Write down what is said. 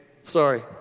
Sorry